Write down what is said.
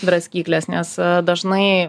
draskyklės nes dažnai